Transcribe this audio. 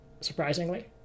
surprisingly